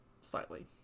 Slightly